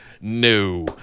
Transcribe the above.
no